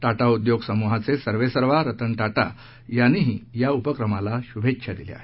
टाटा उद्योग समूहाचे सर्वेसर्वा रतन टाटा यांनीही या उपक्रमाला शुभेच्छा दिल्या आहेत